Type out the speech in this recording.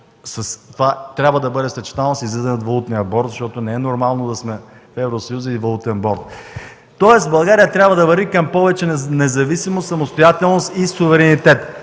Тоест, България трябва да върви към повече независимост, самостоятелност и суверенитет.